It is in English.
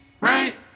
right